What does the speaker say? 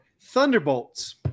Thunderbolts